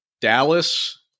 Dallas